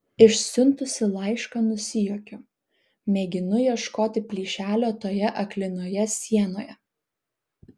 išsiuntusi laišką nusijuokiu mėginu ieškoti plyšelio toje aklinoje sienoje